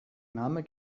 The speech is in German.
name